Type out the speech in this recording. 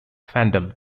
fandom